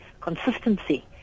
consistency